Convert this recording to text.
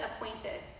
appointed